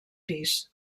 pis